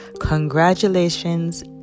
Congratulations